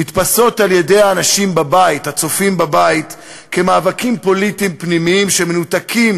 נתפסות על-ידי האנשים הצופים בבית כמאבקים פוליטיים פנימיים שמנותקים